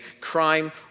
Crime